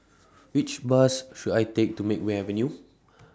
Which Bus should I Take to Makeway Avenue